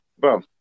bro